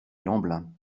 lemblin